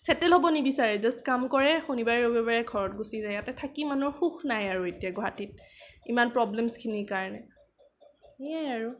settle হ'ব নিবিচাৰে just কাম কৰে শনিবাৰে ৰবিবাৰে ঘৰত গুচি যায় ইয়াতে থাকি মানুহৰ সুখ নাই আৰু এতিয়া গুৱাহাটীত ইমান প্ৰবলেমছখিনিৰ কাৰণে সেইয়াই আৰু